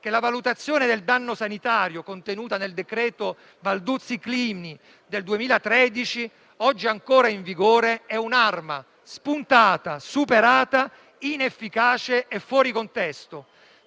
che la valutazione del danno sanitario contenuta nel decreto Balduzzi-Clini del 2013, oggi ancora in vigore, è un'arma spuntata, superata, inefficace e fuori contesto.